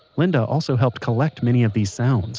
linda also helped collect many of these sounds